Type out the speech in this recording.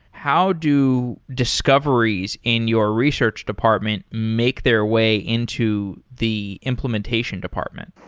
how do discoveries in your research department make their way into the implementation department?